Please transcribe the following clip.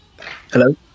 hello